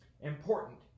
important